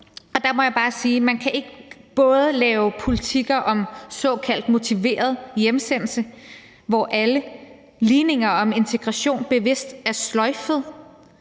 at man ikke både kan lave politikker om såkaldt motiveret hjemsendelse, hvor alle ligninger om integration bevidst er sløjfet